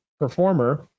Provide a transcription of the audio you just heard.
performer